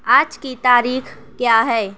آج کی تاریخ کیا ہے